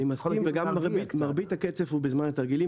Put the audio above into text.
אני מסכים, וגם מרבית הקצף הוא בזמן התרגילים.